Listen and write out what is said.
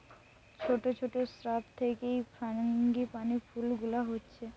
ছোট ছোট শ্রাব থিকে এই ফ্রাঙ্গিপানি ফুল গুলা হচ্ছে